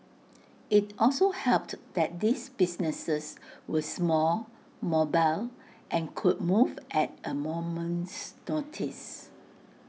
IT also helped that these businesses were small mobile and could move at A moment's notice